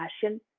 passion